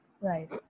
Right